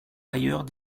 ailleurs